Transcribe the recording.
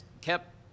kept